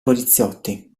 poliziotti